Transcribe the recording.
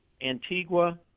Antigua